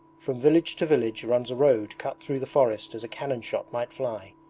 from village to village runs a road cut through the forest as a cannon-shot might fly.